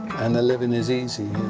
and the living is easy.